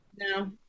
No